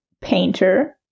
painter